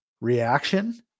reaction